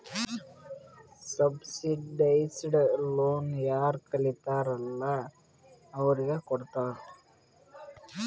subsidised loan ಯಾರ್ ಕಲಿತಾರ್ ಅಲ್ಲಾ ಅವ್ರಿಗ ಕೊಡ್ತಾರ್